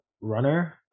runner